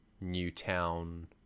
Newtown